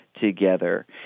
together